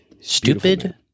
stupid